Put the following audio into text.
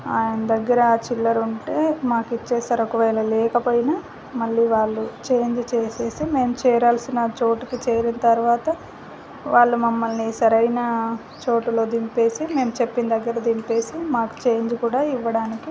ఆయన దగ్గర చిల్లర ఉంటే మాకు ఇచ్చేస్తారు ఒకవేళ లేకపోయినా మళ్ళీ వాళ్ళు చేంజ్ చేసేసి మేము చేరాల్సిన చోటుకు చేరిన తర్వాత వాళ్ళు మమ్మల్ని సరైన చోటులో దింపేసి మేము చెప్పిన దగ్గర దింపేసి మాకు చేంజ్ కూడా ఇవ్వడానికి